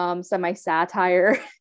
semi-satire